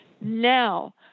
now